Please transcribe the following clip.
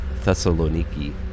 Thessaloniki